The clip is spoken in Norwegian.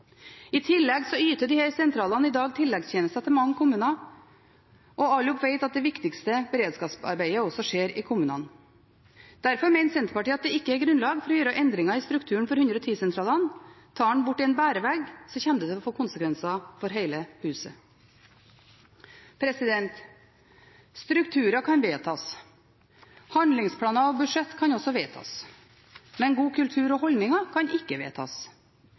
I tillegg yter disse sentralene i dag tilleggstjenester til mange kommuner, og alle vet at det viktigste beredskapsarbeidet også skjer i kommunene. Derfor mener Senterpartiet at det ikke er grunnlag for å gjøre endringer i strukturen for 110-sentralene. Tar en bort en bærevegg, kommer det til å få konsekvenser for hele huset. Strukturer kan vedtas. Handlingsplaner og budsjett kan også vedtas. Men god kultur og holdninger kan ikke vedtas.